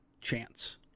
chance